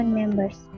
members